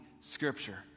scripture